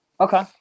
Okay